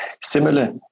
Similar